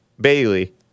Bailey